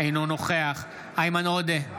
אינו נוכח איימן עודה,